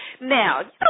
Now